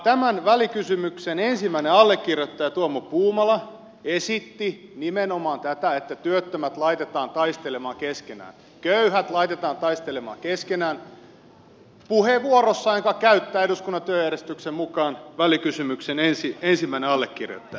tämän välikysymyksen ensimmäinen allekirjoittaja tuomo puumala esitti nimenomaan tätä että työttömät laitetaan taistelemaan keskenään köyhät laitetaan taistelemaan keskenään puheenvuorossa jonka käyttää eduskunnan työjärjestyksen mukaan välikysymyksen ensimmäinen allekirjoittaja